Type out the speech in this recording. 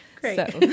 Great